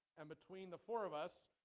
and between the four of us